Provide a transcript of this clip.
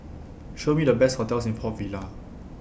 Show Me The Best hotels in Port Vila